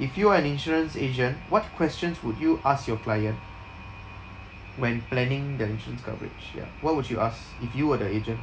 if you're an insurance agent what questions would you ask your client when planning the insurance coverage ya what would you ask if you were the agent